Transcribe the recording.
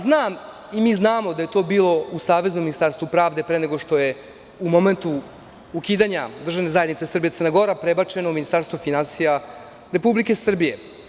Znamo da je to bilo u saveznom Ministarstvu pravde, pre nego što je u momentu ukidanja državne zajednice SCG prebačeno u Ministarstvo finansija Republike Srbije.